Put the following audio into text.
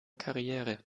karriere